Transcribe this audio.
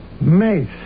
Mace